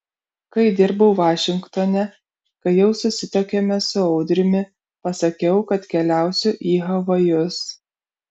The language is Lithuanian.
kai dirbau vašingtone kai jau susituokėme su audriumi pasakiau kad keliausiu į havajus